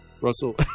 Russell